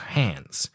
hands